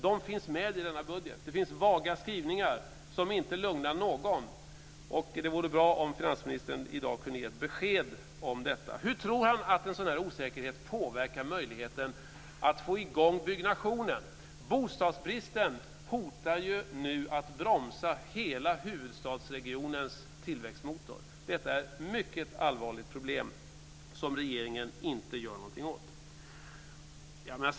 De finns med i budgeten, det finns vaga skrivningar som inte lugnar någon. Det vore bra om finansministern i dag kunde ge ett besked om detta. Hur tror finansministern att en sådan här osäkerhet påverkar möjligheterna att få i gång byggnationen? Bostadsbristen hotar nu att bromsa hela huvudstadsregionens tillväxtmotor. Detta är ett mycket allvarligt problem som regeringen inte gör någonting åt.